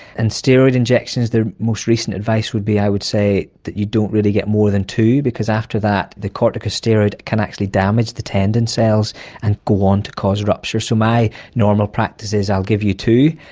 and steroid injections, the most recent advice would be i would say that you don't really get more than two, because after that the corticosteroid can actually damage the tendon cells and go on to cause ruptures. so my normal practice is i'll give you two,